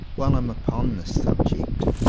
while i am upon this subject,